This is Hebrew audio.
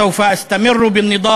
אמשיך להיאבק